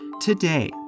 Today